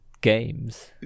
games